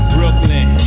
Brooklyn